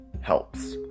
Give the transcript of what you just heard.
helps